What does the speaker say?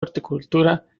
horticultura